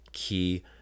key